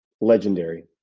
legendary